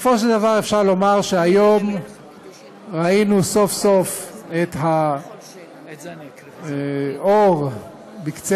בסופו של דבר אפשר לומר שהיום ראינו סוף-סוף את האור בקצה